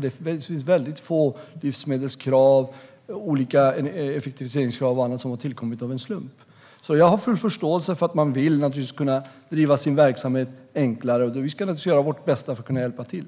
Det finns nämligen väldigt få livsmedelskrav, olika effektiviseringskrav och annat som har tillkommit av en slump. Jag har full förståelse för att man vill att det ska vara enklare att driva sin verksamhet. Vi ska naturligtvis göra vårt bästa för att hjälpa till.